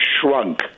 shrunk